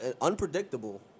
unpredictable